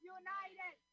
united